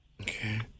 Okay